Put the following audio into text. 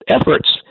efforts